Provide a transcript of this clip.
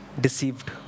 deceived